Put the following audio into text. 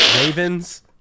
Ravens